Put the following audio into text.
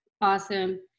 Awesome